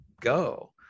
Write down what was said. go